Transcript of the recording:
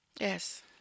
Yes